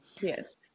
Yes